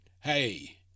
Hey